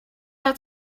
der